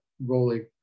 rolling